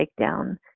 takedown